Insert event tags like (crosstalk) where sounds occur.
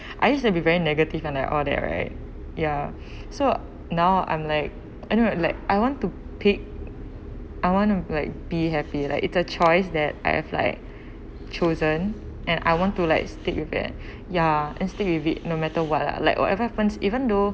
I used to be very negative and uh all that right ya (breath) so now I'm like I don't know like I want to pick (noise) I want to like be happy like is a choice that I have like chosen and I want to like stick with it ya and stick with it no matter what lah like what happens even though